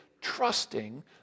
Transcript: trusting